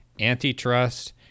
antitrust